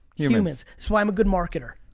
humans. it's why i'm a good marketer.